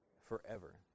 forever